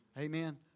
Amen